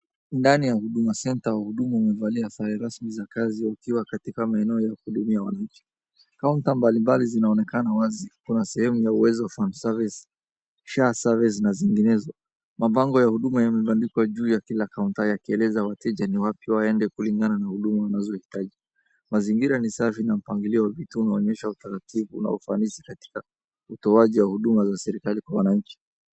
Ndani ya Huduma Center wahudumu wamevalia sare rasmi za kazi ikiwa katika eneo la kuhudumia wanainchi. Kaunta mbalimbali zinaonekana wazi kuna sehemu ya Uwezo Funds Service SHA Service na zinginezo. Mabango ya huduma yamebandikwa juu ya kila kaunta yakieleza wateja ni wapi waende kulingana na huduma wanazohitaji. Mazingira ni safi na mpangilio wa vitu unaonyesha utaratibu na ufanisi katika utoaji wa huduma za serekali kwa wananchi.